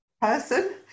person